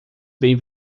bem